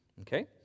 okay